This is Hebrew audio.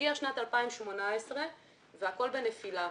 הגיעה שנת 2018 והכול בנפילה.